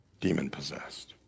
demon-possessed